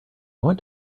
want